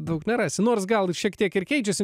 daug nerasi nors gal šiek tiek ir keičiasi